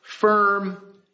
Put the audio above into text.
firm